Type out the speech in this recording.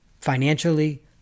financially